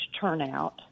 turnout